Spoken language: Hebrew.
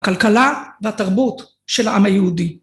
הכלכלה והתרבות של העם היהודי.